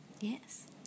Yes